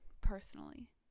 personally